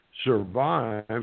survive